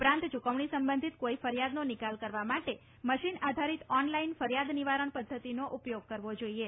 ઉપરાંત ચૂકવણી સંબંધિત કોઇ ફરિયાદનો નિકાલ કરવા માટે મશીન આધારીત ઓનલાઇન ફરિયાદ નિવારણ પધ્ધતિનો ઉપયોગ કરવો જોઇએ